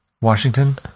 Washington